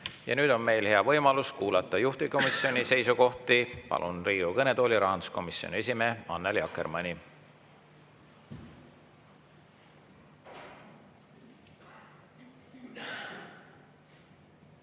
Nüüd on meil hea võimalus kuulata juhtivkomisjoni seisukohti. Palun Riigikogu kõnetooli rahanduskomisjoni esimehe Annely Akkermanni.